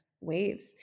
waves